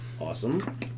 Awesome